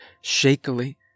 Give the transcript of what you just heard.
shakily